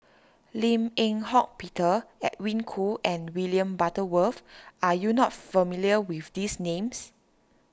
Lim Eng Hock Peter Edwin Koo and William Butterworth are you not familiar with these names